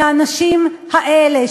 לאנשים האלה,